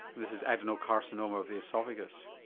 this is adenocarcinoma of the oesophagus?